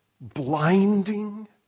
blinding